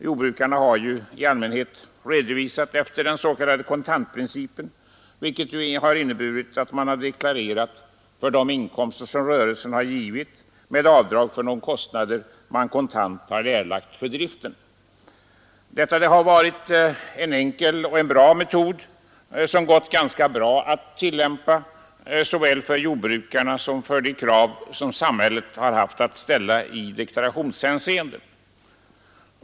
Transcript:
Jordbrukarna har i allmänhet redovisat efter den s.k. kontantprincipen vilket innebär att man deklarerar för de inkomster som rörelsen givit, med avdrag för de kostnader man kontant erlagt för driften. Detta har varit en enkel metod som gått ganska bra att tillämpa för jordbrukarna och som har uppfyllt de krav som samhället ställt i deklarationshänseende.